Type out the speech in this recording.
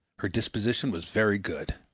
her disposition was very good.